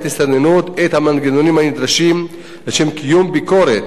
הסתננות את המנגנונים הנדרשים לשם קיום ביקורת